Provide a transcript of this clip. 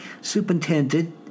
superintended